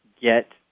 get